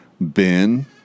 Ben